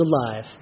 alive